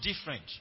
different